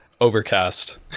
overcast